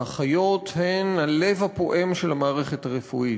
האחיות הן הלב הפועם של המערכת הרפואית.